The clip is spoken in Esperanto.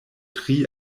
tri